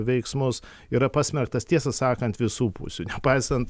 veiksmus yra pasmerktas tiesą sakant visų pusių nepaisant